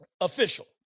official